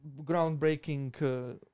groundbreaking